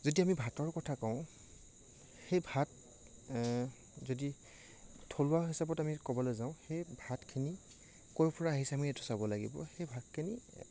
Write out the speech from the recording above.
যদি আমি ভাতৰ কথা কওঁ সেই ভাত যদি থলুৱা হিচাপত আমি ক'বলৈ যাওঁ সেই ভাতখিনি ক'ৰ পৰা আহিছে আমি সেইটো চাব লাগিব ভাতখিনি